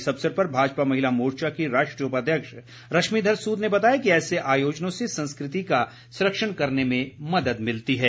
इस अवसर पर भाजपा महिला मोर्चा की राष्ट्रीय उपाध्यक्ष रश्मिधर सूद ने बताया कि ऐसे आयोजनों से संस्कृति का संरक्षण करने में मदद मिलती है